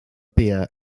beer